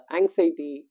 Anxiety